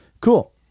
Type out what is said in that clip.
Cool